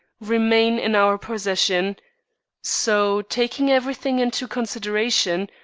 remain in our possession so, taking everything into consideration,